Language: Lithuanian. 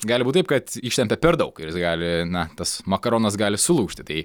gali būt taip kad ištempia per daug ir jis gali na tas makaronas gali sulūžti tai